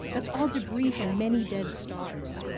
that's all debris from many dead stars.